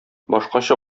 башкача